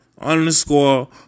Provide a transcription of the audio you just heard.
underscore